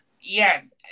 Yes